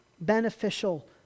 beneficial